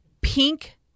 pink